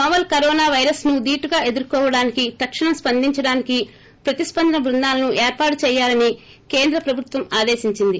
novel corona virus ను ధీటుగా ఎదుర్కోవడానికి తక్షణం స్పందించడానికి ప్రతిస్పందన బృందాలను ఏర్పాటు చేయలాని కేంద్ర ప్రభుత్వం ఆదేశించింది